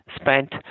spent